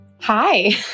Hi